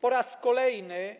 Po raz kolejny